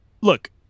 Look